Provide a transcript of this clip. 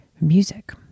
music